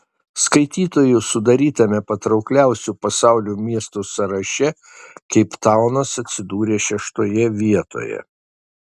skaitytojų sudarytame patraukliausių pasaulio miestų sąraše keiptaunas atsidūrė šeštoje vietoje